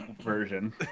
version